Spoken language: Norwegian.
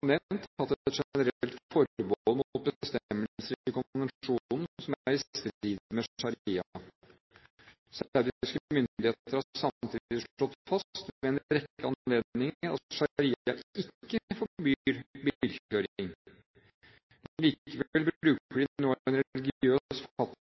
et generelt forbehold mot bestemmelser i konvensjonen som er i strid med sharia. Saudiske myndigheter har samtidig slått fast, ved en rekke anledninger, at sharia ikke forbyr